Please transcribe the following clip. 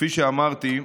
כפי שאמרתי,